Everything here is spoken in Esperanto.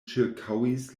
ĉirkaŭis